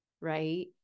right